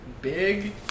big